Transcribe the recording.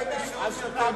תלטף את עצמך, נכון, אתה צודק.